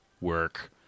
work